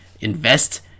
invest